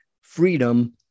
freedom